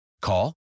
Call